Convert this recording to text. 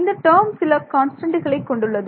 இந்த டேர்ம் சில கான்ஸ்டன்ட்டுகளை கொண்டுள்ளது